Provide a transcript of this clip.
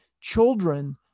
children